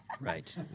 Right